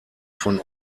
von